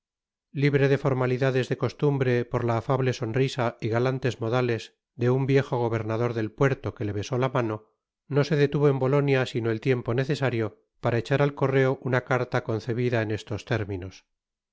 libre de las formalidades de costumbre por la afable sonrisa y galantes modales de un viejo gobernador del puerto que le besó la mano no se detuvo en bolonia sino el tiempo necesario para echar al correo una carta concebida en estos términos